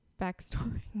Backstory